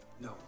no